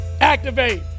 activate